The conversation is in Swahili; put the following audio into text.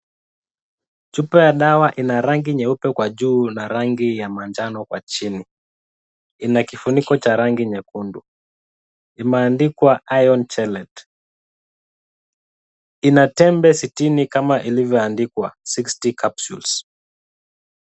Chupa ya dawa ina rangi nyeupe kwa juu na rangi ya manjano kwa chini. Ina kifuniko cha rangi nyekundu, imeandikwa iron chellet ina tembe sitini kama ilivyoandikwa sixty capsules .